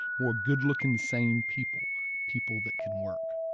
more good-looking sane people. people that can work.